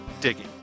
Digging